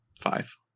five